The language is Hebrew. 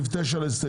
סעיף 7 להסתייגויות.